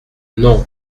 non